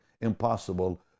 impossible